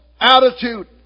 attitude